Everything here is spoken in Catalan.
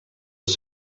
els